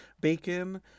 bacon